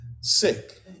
sick